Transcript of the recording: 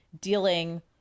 dealing